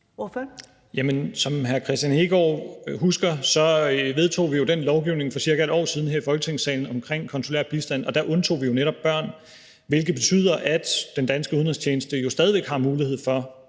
Jamen som hr. Kristian Hegaard husker, vedtog jo vi jo den lovgivning omkring konsulær bistand for cirka et år siden her i Folketingssalen, og der undtog vi jo netop børn, hvilket betyder, at den danske udenrigstjeneste stadig har mulighed for